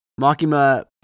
Makima